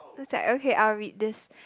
looks like okay I'll read this